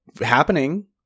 happening